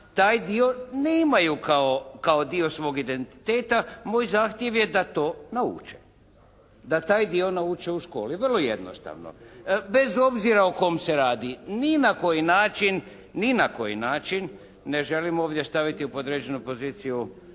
taj dio nemaju kao dio svog identiteta. Moj zahtjev je da to nauče, da taj dio nauče u školi, vrlo jednostavno, bez obzira o kome se radi. Ni na koji način, ni na koji način ne želim ovdje staviti u podređenu poziciju